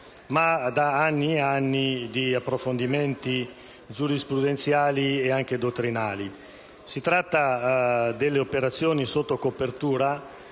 ma in anni di approfondimenti giurisprudenziali ed anche dottrinari. Si tratta delle operazioni sotto copertura,